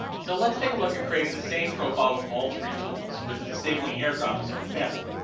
so let's take a look at creating the same profile with all three tools with disabling airdrop is our example.